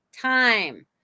time